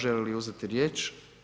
Žele li uzeti riječ?